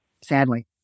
sadly